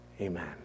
amen